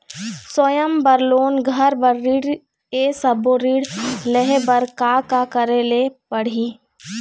स्वयं बर लोन, घर बर ऋण, ये सब्बो ऋण लहे बर का का करे ले पड़ही?